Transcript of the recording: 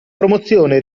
promozione